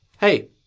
Hey